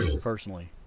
personally